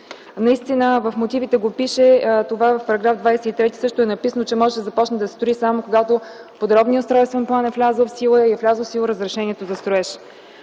В мотивите и в § 23 също е записано, че може да започне да се строи само когато подробният устройствен план е влязъл в сила и е влязло в сила разрешителното за строеж.